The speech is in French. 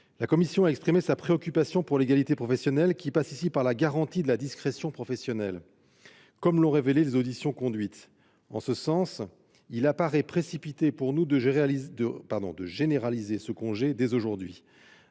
La commission a exprimé sa préoccupation pour l'égalité professionnelle, qui passe ici par la garantie de la discrétion professionnelle, comme l'ont révélé les auditions que nous avons conduites. En ce sens, il nous apparaît précipité de généraliser ce congé dès aujourd'hui.